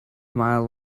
mile